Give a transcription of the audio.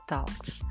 Talks